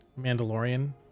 Mandalorian